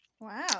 Wow